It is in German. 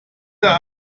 der